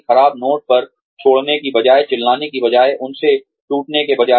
खराब नोट पर छोड़ने के बजाय चिल्लाने के बजाय उनसे टूटने के बजाय